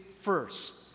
first